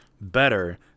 better